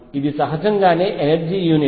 కాబట్టి ఇది సహజం గానే ఎనర్జీ యూనిట్